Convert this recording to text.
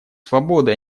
свободы